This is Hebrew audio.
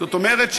זאת אומרת,